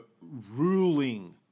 ruling